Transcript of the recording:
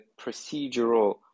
procedural